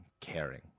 caring